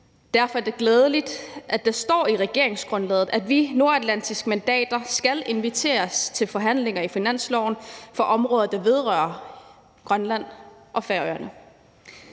Derfor er det glædeligt, at der står i regeringsgrundlaget, at vi nordatlantiske mandater skal inviteres til forhandlinger om finansloven på områder, der vedrører Grønland og Færøerne.